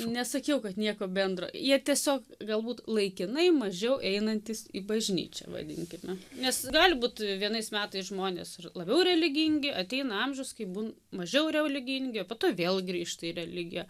nesakiau kad nieko bendro jie tiesiog galbūt laikinai mažiau einantys į bažnyčią vadinkime nes gali būt vienais metais žmonės ir labiau religingi ateina amžius kai būn mažiau religingi o po to vėl grįžta į religiją